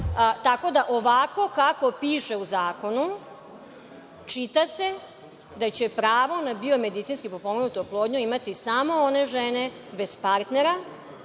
da, ovako kako piše u zakonu, čita se da će pravo na biomedicinski potpomognutu oplodnju imati samo one žene bez partnera